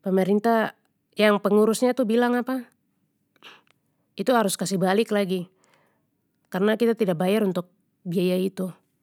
pemerintah yang pengurusnya itu bilang apa itu harus kasih balik lagi karna kita tidak bayar untuk biaya itu.